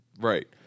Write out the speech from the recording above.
Right